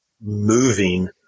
moving